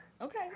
okay